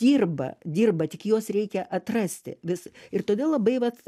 dirba dirba tik juos reikia atrasti vis ir todėl labai vat